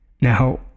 Now